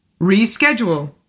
Reschedule